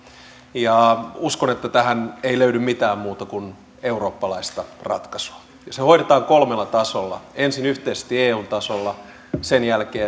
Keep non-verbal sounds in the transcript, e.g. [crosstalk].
ja uskon että tähän ei löydy mitään muuta kuin eurooppalaista ratkaisua se hoidetaan kolmella tasolla ensin yhteisesti eun tasolla sen jälkeen [unintelligible]